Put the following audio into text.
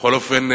בכל אופן,